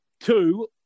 two